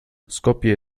skopje